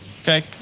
Okay